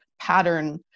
pattern